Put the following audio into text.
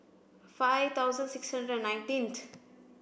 five thousand six hundred and nineteenth